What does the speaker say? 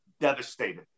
devastated